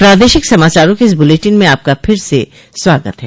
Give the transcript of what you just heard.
प्रादेशिक समाचारों के इस बुलेटिन में आपका फिर से स्वागत है